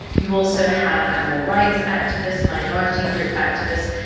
you also have animal rights activists, minority group activists.